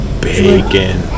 Bacon